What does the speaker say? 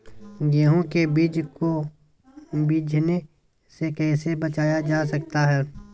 गेंहू के बीज को बिझने से कैसे बचाया जा सकता है?